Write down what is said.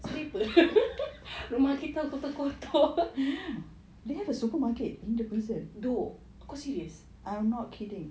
sedih [pe] rumah kita kotak-kotak dok kau serious